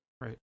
right